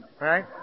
right